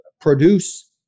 produce